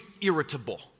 irritable